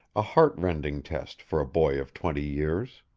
a heart-rending test for a boy of twenty years.